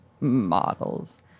models